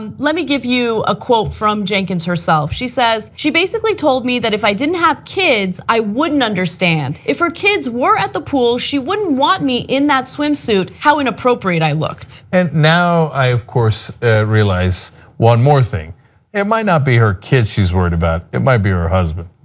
um let me give you a quote from dinkins herself. she says, she basically told me that if i didn't have kids, i wouldn't understand. if her kids were at the pool she wouldn't want me in that swimsuit, how inappropriate i looked. and now i have course realized one more thing it and might not be kids she's worried about, it might be her husband.